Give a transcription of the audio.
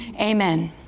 Amen